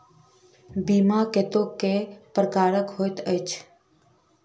बीमा कतेको प्रकारक होइत अछि